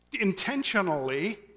intentionally